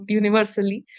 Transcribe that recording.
universally